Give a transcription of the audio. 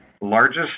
largest